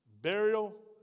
burial